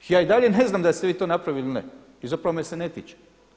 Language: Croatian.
Ja i dalje ne znam da li ste vi to napravili ili ne i zapravo me se ne tiče.